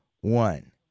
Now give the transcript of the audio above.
one